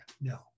No